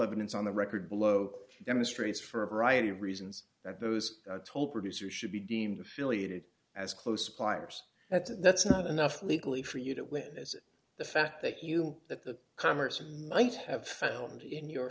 evidence on the record bloke demonstrates for a variety of reasons that those top producer should be deemed affiliated as close buyers that's it that's not enough legally for you to win this the fact that you that the commerce and might have found in your